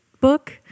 book